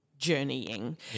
journeying